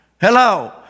Hello